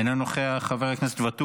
אינו נוכח, חבר הכנסת ואטורי,